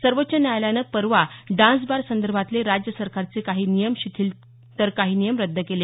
सर्वोच्च न्यायालयानं परवा डान्सबारसंदर्भातले राज्य सरकारचे काही नियम शिथील तर काही नियम रद्द केले